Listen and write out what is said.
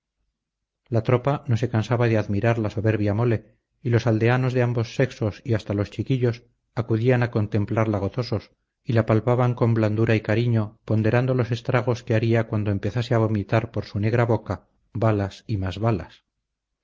la tropa no se cansaba de admirar la soberbia mole y los aldeanos de ambos sexos y hasta los chiquillos acudían a contemplarla gozosos y la palpaban con blandura y cariño ponderando los estragos que haría cuando empezase a vomitar por su negra boca balas y más balas